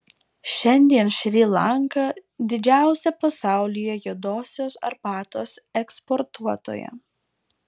šiandien šri lanka didžiausia pasaulyje juodosios arbatos eksportuotoja